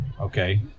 okay